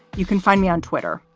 you can find me on twitter.